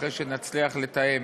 אחרי שנצליח לתאם